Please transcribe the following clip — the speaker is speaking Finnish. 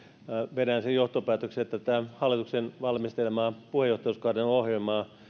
vedän sen johtopäätöksen että tätä hallituksen valmistelemaa puheenjohtajuuskauden ohjelmaa